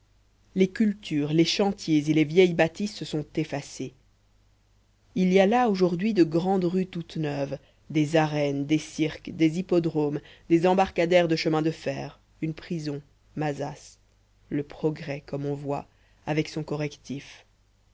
les cultures les chantiers et les vieilles bâtisses se sont effacés il y a là aujourd'hui de grandes rues toutes neuves des arènes des cirques des hippodromes des embarcadères de chemin de fer une prison mazas le progrès comme on voit avec son correctif